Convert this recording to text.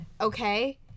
Okay